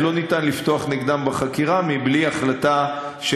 לא ניתן לפתוח נגדם בחקירה בלי החלטה של